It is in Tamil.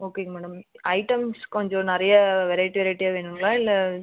ஓகேங்க மேடம் ஐட்டம்ஸ் கொஞ்சம் நிறையா வெரைட்டி வெரைட்டியாக வேணுங்களா இல்லை